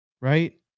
right